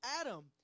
Adam